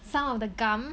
some of the gum